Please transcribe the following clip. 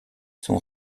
sont